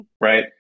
right